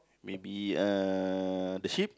maybe uh the sheep